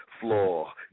floor